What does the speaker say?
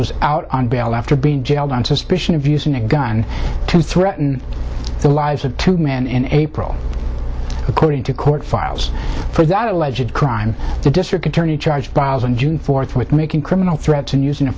was out on bail after been jailed on suspicion of using a gun to threaten the lives of two men in april according to court files for that alleged crime the district attorney charged biles on june fourth with making criminal threats and using a